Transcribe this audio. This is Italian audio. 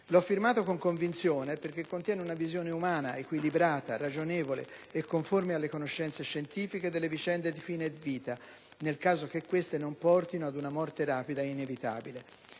L'ho firmato con convinzione, perché contiene una visione umana, equilibrata, ragionevole e conforme alle conoscenze scientifiche, delle vicende di fine vita, nel caso che queste non portino ad una morte rapida e inevitabile.